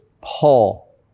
Paul